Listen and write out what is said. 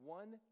one